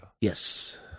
Yes